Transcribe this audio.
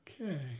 Okay